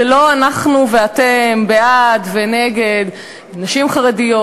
זה לא אנחנו ואתם, בעד ונגד נשים חרדיות.